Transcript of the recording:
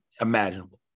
imaginable